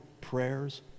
prayers